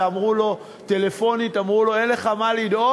ואמרו לו טלפונית: אין לך מה לדאוג.